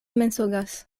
mensogas